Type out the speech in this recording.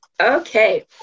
Okay